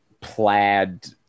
plaid